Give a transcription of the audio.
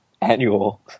annual